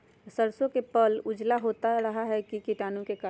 सरसो का पल उजला होता का रहा है की कीटाणु के करण?